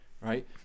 right